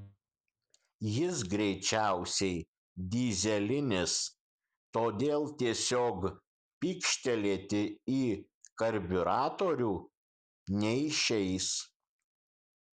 jis greičiausiai dyzelinis todėl tiesiog pykštelėti į karbiuratorių neišeis